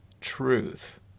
truth